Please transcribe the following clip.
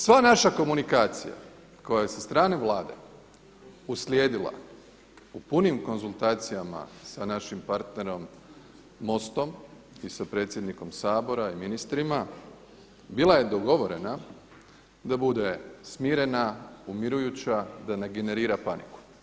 Sva naša komunikacija koja je sa strane Vlade uslijedila u punim konzultacijama sa našim partnerom MOST-om i sa predsjednikom Sabora i ministrima bila je dogovorena da bude smirena, umirujuća, da ne generira paniku.